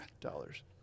dollars